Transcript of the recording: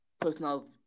personal